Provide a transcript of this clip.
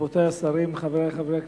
רבותי השרים, חברי חברי הכנסת,